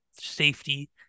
safety